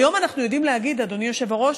היום אנחנו יודעים להגיד, אדוני היושב-ראש,